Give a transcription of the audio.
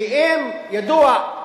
ידוע,